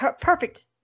perfect